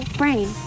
brain